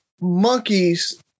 monkeys